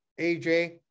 AJ